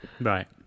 Right